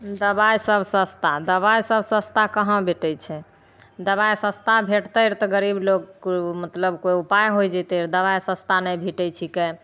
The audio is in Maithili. दबाइ सभ सस्ता दबाइ सभ सस्ता कहाँ भेटैत छै दबाइ सस्ता भेटतै रऽ तऽ गरीब लोक मतलब कोइ उपाय होइ जैतै रऽ दबाइ सस्ता नहि भेटैत छिकै